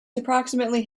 approximately